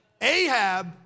Ahab